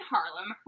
Harlem